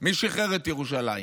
מי שיחרר את ירושלים?